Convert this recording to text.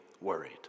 worried